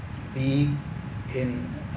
being in a